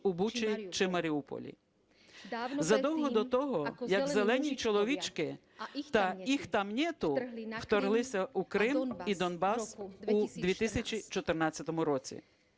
у Бучі чи Маріуполі, задовго до того, як "зелені чоловічки" та "их там нет" вторглися у Крим і Донбас у 2014 році.